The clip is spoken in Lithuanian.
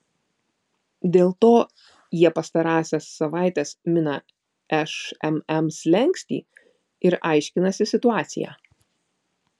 dėl to jie pastarąsias savaites mina šmm slenkstį ir aiškinasi situaciją